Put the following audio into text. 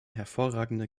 hervorragende